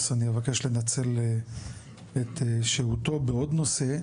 אני אבקש לנצל את שירותו בעוד נושא,